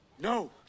No